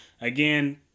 Again